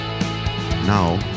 Now